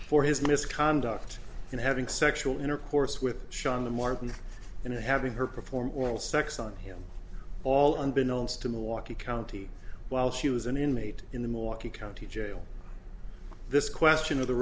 for his misconduct in having sexual intercourse with shon the martin and having her perform oral sex on him all unbeknown to milwaukee county while she was an inmate in the morkie county jail this question of the